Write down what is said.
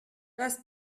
das